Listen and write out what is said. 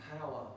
power